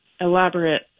elaborate